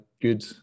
good